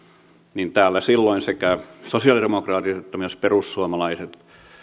niin sekä sosialidemokraatit että myös perussuomalaiset äänestivät